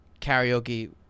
karaoke